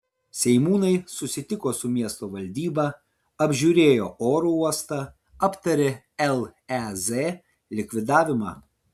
seimūnai susitiko su miesto valdyba apžiūrėjo oro uostą aptarė lez likvidavimą